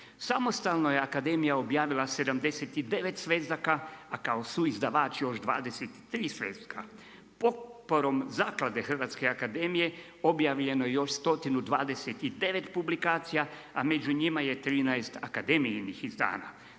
Samostalno je akademija objavila 79 svezaka a kao suizdavač još 23 sveska. Potporom zaklade Hrvatske akademije objavljeno je još 129 publikacija a među njima je 13 akademijinih izdanja.